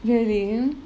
really